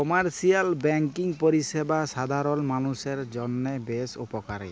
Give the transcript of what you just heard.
commercial banking পরিষেবা সাধারল মালুষের জন্হে বেশ উপকারী